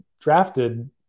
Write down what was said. drafted